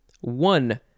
One